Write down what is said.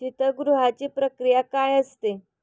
शीतगृहाची प्रक्रिया काय असते?